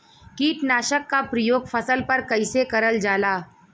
कीटनाशक क प्रयोग फसल पर कइसे करल जाला?